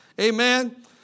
amen